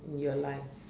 in your life